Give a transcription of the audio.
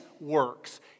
works